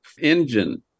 engine